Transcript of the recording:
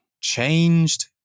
changed